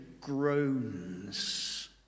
groans